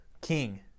King